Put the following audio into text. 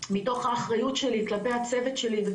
מתוך האחריות שלי כלפי הצוות שלי,